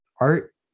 Art